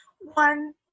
One